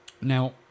Now